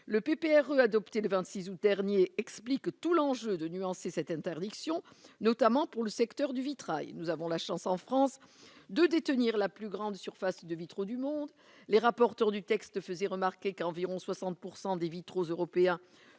pépère, adopté le 26 août dernier explique tout l'enjeu de nuancer cette interdiction, notamment pour le secteur du vitrail, nous avons la chance en France de détenir la plus grande surface de vitraux du monde, les rapporteurs du texte, faisait remarquer qu'environ 60 % des vitraux européens